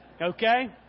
okay